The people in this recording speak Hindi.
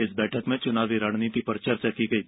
इस बैठक में चुनावी रणनीति पर चर्चा की गयी